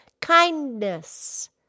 kindness